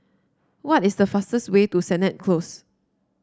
what is the fastest way to Sennett Close